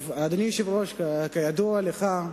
אדוני היושב-ראש, כידוע לך,